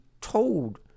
told